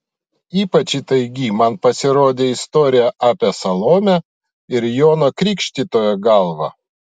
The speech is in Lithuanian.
ypač įtaigi man pasirodė istorija apie salomę ir jono krikštytojo galvą